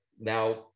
now